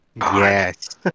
Yes